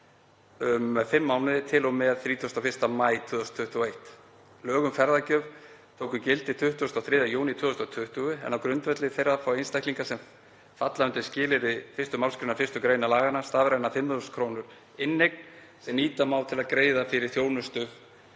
um fimm mánuði til og með 31. maí 2021. Lög um ferðagjöf tóku gildi 23. júní 2020 en á grundvelli þeirra fá einstaklingar sem falla undir skilyrði 1. mgr. 1. gr. laganna stafræna 5.000 kr. inneign sem nýta má til að greiða fyrir þjónustu